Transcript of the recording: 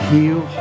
Heal